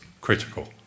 critical